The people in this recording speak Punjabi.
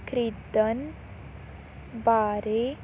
ਖਰੀਦਣ ਬਾਰੇ